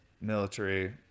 military